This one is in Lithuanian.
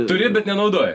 turi bet nenaudoji